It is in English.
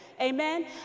amen